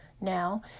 now